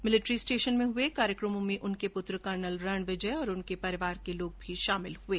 military station में हुए कार्यक्रम में उनके पूत्र कर्नल रणविजय सिंह और उनके परिवार के लोग भी पहंचे